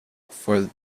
for